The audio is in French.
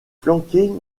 flanquée